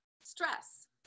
Stress